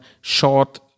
short